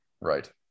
right